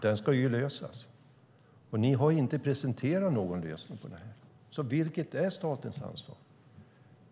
Det måste lösas, men ni har inte presenterat någon lösning. Vilket är statens ansvar?